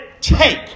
take